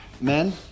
Men